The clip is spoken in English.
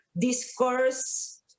Discourse